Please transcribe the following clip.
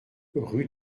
rue